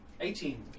Eighteen